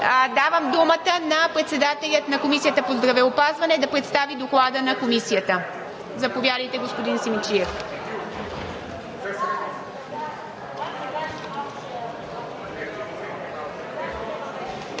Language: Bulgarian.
Давам думата на председателя на Комисията по здравеопазване да представи Доклада на Комисията. Заповядайте, господин Симидчиев.